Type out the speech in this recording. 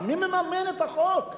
מי מממן את החוק,